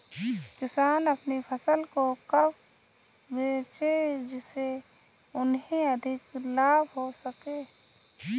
किसान अपनी फसल को कब बेचे जिसे उन्हें अधिक लाभ हो सके?